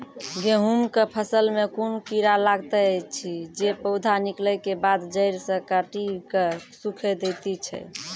गेहूँमक फसल मे कून कीड़ा लागतै ऐछि जे पौधा निकलै केबाद जैर सऽ काटि कऽ सूखे दैति छै?